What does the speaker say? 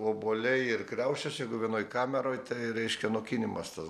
obuoliai ir kriaušės jeigu vienoj kameroj tai reiškia nokinimas tas